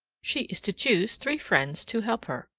she is to choose three friends to help her.